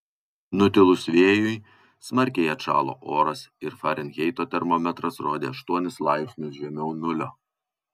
nutilus vėjui smarkiai atšalo oras ir farenheito termometras rodė aštuonis laipsnius žemiau nulio